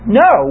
no